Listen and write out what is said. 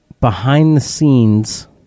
behind-the-scenes